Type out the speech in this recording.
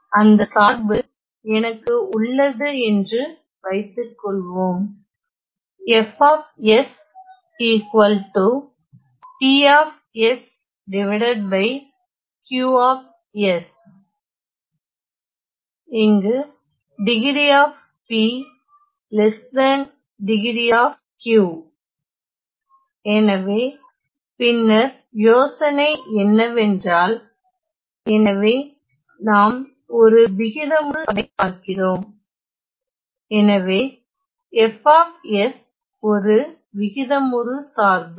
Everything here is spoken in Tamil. எனவே அந்த சார்பு எனக்கு உள்ளது என்று வைத்துக்கொள்வோம் எனவே பின்னர் யோசனை என்னவென்றால் எனவே நாம் ஒரு விகிதமுறு சார்பை பார்க்கிறோம் எனவே F ஒரு விகிதமுறு சார்பு